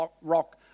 rock